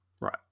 Right